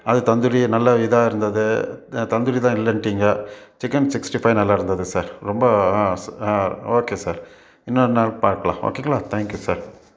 அது தந்தூரி நல்ல இதாக இருந்தது தந்தூரிதான் இல்லைன்ட்டிங்க சிக்கன் சிக்ஸ்ட்டி ஃபை நல்லாயிருந்துது சார் ரொம்ப ஆ ஆ ஓகே சார் இன்னொரு நாள் பாக்கலாம் ஓகேங்களா தேங்கியூ சார்